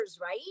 right